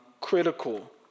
critical